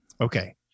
Okay